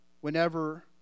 whenever